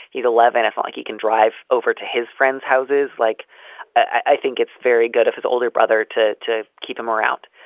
he's eleven. it's like he can drive over to his friends houses. like i think it's very good if his older brother to to keep him around